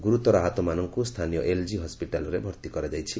ଗୁରୁତର ଆହତମାନଙ୍କୁ ସ୍ଥାନୀୟ ଏଲ୍ଜି ହସ୍କିଟାଲ୍ରେ ଭର୍ତ୍ତି କରାଯାଇଛି